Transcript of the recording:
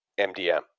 MDM